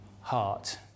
heart